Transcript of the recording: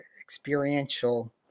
experiential